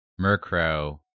Murkrow